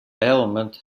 element